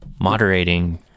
moderating